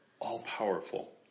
all-powerful